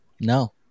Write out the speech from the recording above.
No